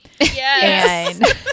Yes